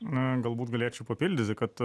na galbūt galėčiau papildyti kad